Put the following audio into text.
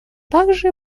также